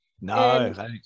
No